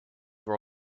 were